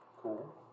Cool